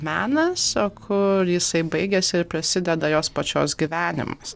menas o kur jisai baigiasi ir prasideda jos pačios gyvenimas